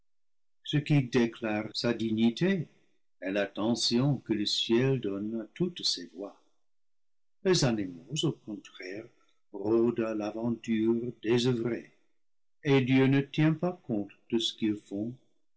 ce qui déclare sa dignité et l'attention que le ciel donne à toutes ses voies les animaux au contraire rôdent à l'aventure désoeuvrés et dieu ne tient pas compte de ce qu'ils font